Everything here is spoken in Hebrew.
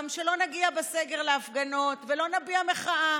שגם לא נגיע בסגר להפגנות ולא נביע מחאה,